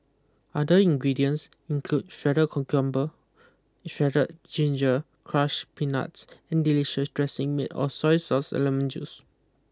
other ingredients include shredded cucumber shredded ginger crush peanuts and delicious dressing made of soy sauce and lemon juice